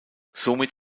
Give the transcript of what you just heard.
somit